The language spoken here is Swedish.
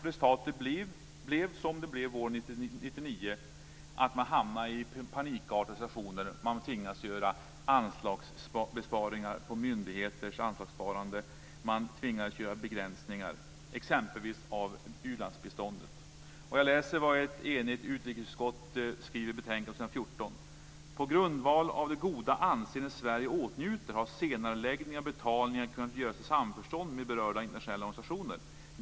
Resultatet blir som det blev våren 1999. Man hamnar i en panikartad situation där man tvingas göra anslagsbesparingar på myndigheter. Man tvingas göra begränsningar exempelvis av u-landsbiståndet. Jag läser vad ett enigt utrikesutskott skriver i betänkandet på s. 14: "På grundval av det goda anseende Sverige åtnjuter har senareläggning av betalningar kunnat göras i samförstånd med berörda internationella organisationer.